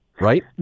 right